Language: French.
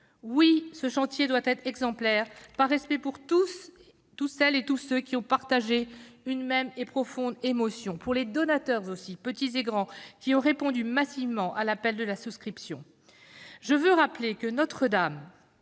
Oui, ce chantier doit être exemplaire, par respect pour toutes celles et tous ceux qui ont partagé une même et profonde émotion, pour les donateurs aussi, petits et grands, qui ont répondu massivement à l'appel de la souscription. Je veux rappeler que Notre-Dame